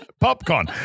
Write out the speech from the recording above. popcorn